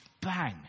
Bang